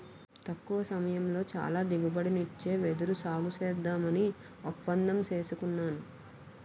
తక్కువ సమయంలో చాలా దిగుబడినిచ్చే వెదురు సాగుసేద్దామని ఒప్పందం సేసుకున్నాను